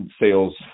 sales